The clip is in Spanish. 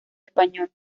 español